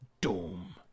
doom